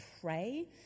pray